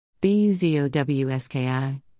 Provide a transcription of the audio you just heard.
B-U-Z-O-W-S-K-I